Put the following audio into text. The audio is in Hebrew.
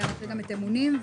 היה גם את אמונים.